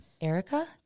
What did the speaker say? Erica